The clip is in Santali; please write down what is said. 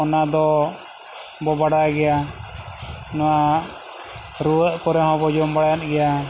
ᱚᱱᱟ ᱫᱚ ᱵᱚᱱ ᱵᱟᱲᱟᱭ ᱜᱮᱭᱟ ᱱᱚᱣᱟ ᱨᱩᱣᱟᱹᱜ ᱠᱚᱨᱮ ᱦᱚᱸᱵᱚᱱ ᱡᱚᱢ ᱵᱟᱲᱟᱭᱮᱫ ᱜᱮᱭᱟ